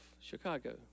Chicago